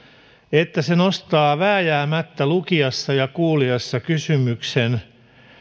että se nostaa vääjäämättä lukijassa ja kuulijassa kysymyksen